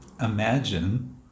Imagine